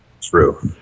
True